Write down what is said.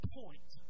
point